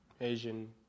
Asian